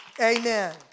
Amen